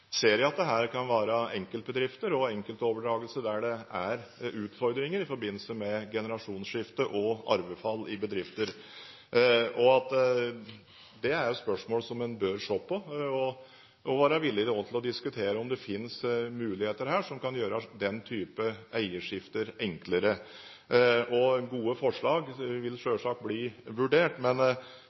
ser jeg at det kan være enkeltbedrifter og enkeltoverdragelser der det er utfordringer i forbindelse med generasjonsskifte og arvefall i bedrifter. Det er spørsmål som en bør se på, og en bør være villig til å diskutere om det fins muligheter her som kan gjøre den type eierskifter enklere. Gode forslag vil selvsagt bli vurdert, men